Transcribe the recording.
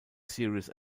serious